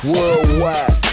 Worldwide